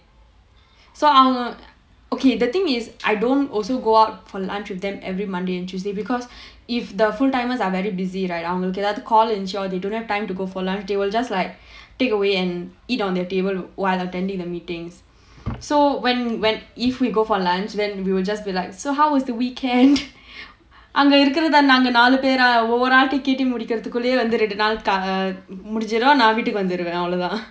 so okay the thing is I don't also go out for lunch with them every monday and tuesday because if the full timers are very busy right அவங்களுக்கு எதாவது:avangalukku ethaavathu call இருந்துச்சா:irunthuchaa they don't have time to go for lunch they will just like take away and eat on their table while attending the meetings so when when if we go for lunch then we will just be like so how was the weekend அங்க இருக்குறது நாங்க நாலு பேரா ஒவொரு ஆளுகிட்ட கேட்டு முடிகிறதுக்குள்ள ரெண்டு நாள் முடிஞ்சிரும் நான் வீட்டுக்கு வந்துருவேன் அவ்ளோ தான்:anga irukkurathu naanga naalu pera ovoru aalu kita kettu mudikkurathukulla rendu naal mudinchirum naan veetukku vanthuruvaen avlo thaan